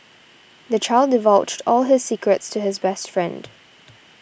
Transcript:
the child divulged all his secrets to his best friend